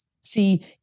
See